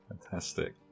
Fantastic